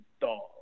dog